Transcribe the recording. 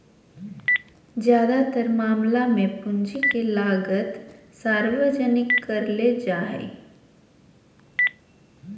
ज्यादातर मामला मे पूंजी के लागत सार्वजनिक करले जा हाई